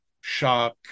shock